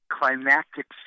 climactic